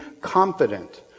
confident